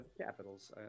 capitals